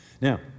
Now